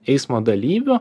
eismo dalyvių